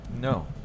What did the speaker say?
No